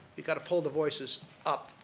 you've got to pull the voices up,